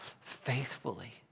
faithfully